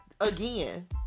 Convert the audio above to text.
again